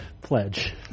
pledge